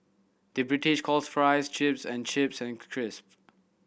the British calls fries chips and chips and crisp